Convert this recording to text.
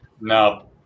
No